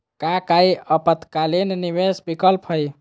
का काई अल्पकालिक निवेस विकल्प हई?